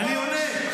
-- אני פה בשבילך.